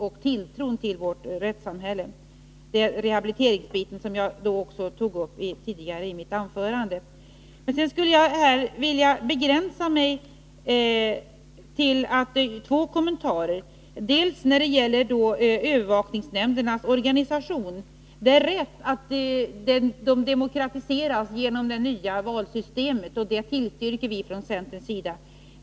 Det gäller alltså den rehabilitering som jag tidigare tog upp i mitt huvudanförande. Sedan vill jag begränsa mig till ett par kommentarer om övervakningsnämndernas organisation. Det är rätt att övervakningsnämnderna demokratiseras genom det nya valsystemet, och det tillstyrker vi från centerns sida.